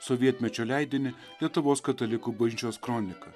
sovietmečio leidinį lietuvos katalikų bažnyčios kronika